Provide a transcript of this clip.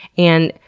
and,